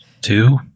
two